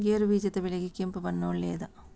ಗೇರುಬೀಜದ ಬೆಳೆಗೆ ಕೆಂಪು ಮಣ್ಣು ಒಳ್ಳೆಯದಾ?